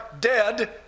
dead